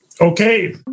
Okay